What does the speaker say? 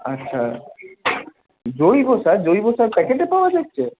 আচ্ছা জৈব সার জৈব সার প্যাকেটে পাওয়া যাচ্ছে